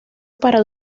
para